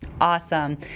Awesome